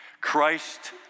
Christ